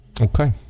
Okay